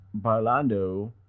Barlando